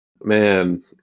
man